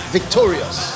victorious